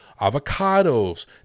avocados